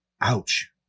ouch